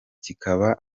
kiba